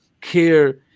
care